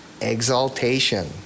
exaltation